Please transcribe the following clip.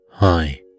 Hi